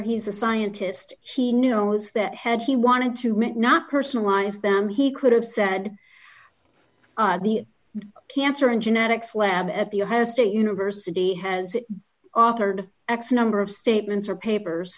he's a scientist he knows that had he wanted to meet not personalize them he could have said the cancer in genetics lab at the u has state university has authored x number of statements or papers